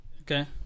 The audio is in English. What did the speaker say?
okay